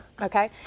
okay